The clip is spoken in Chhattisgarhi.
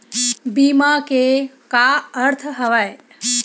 बीमा के का अर्थ हवय?